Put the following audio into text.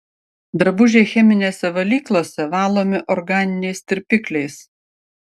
drabužiai cheminėse valyklose valomi organiniais tirpikliais